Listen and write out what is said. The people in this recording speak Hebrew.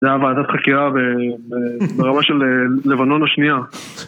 זו הייתה ועדת חקירה ב, ב... ברמה של לבנון השנייה